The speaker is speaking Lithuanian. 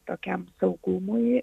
tokiam saugumui